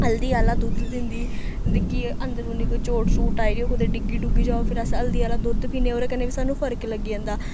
हल्दी आह्ला दुद्ध दिंदी जेह्की अंदरूनी कोई चोट चूट आई दी होए कुतै डिग्गी डुग्गी जाओ फिर अस हल्दी आह्ला दुद्ध पीन्ने ओह्दै कन्नै बी सानूं फर्क लग्गी जंदा